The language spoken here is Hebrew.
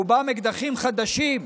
רובם אקדחים חדשים מהניילון,